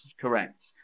correct